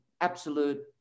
absolute